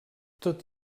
tot